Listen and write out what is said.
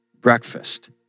breakfast